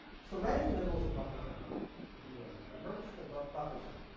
so right in the middle is a buffer zone if you will. a purposeful but buffer zone.